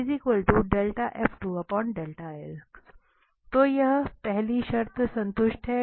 तो तो यह पहली शर्त संतुष्ट है